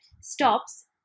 stops